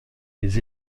des